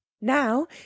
Now